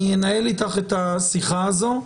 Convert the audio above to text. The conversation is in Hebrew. אני אנהל איתך את השיחה הזו.